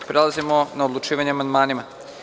Prelazimo na odlučivanje o amandmanima.